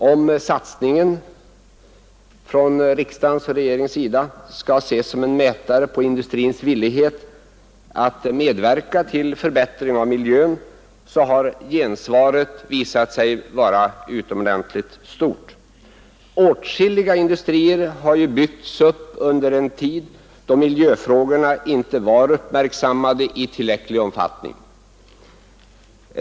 Industrins gensvar på riksdagens och regeringens satsning har varit mycket stort, och det bör kunna ses som en mätare på industrins villighet att medverka till en förbättring av miljön. Åtskilliga industrier har byggts upp under en tid då miljöfrågorna inte var uppmärksammade i tillräcklig omfattning.